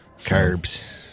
Carbs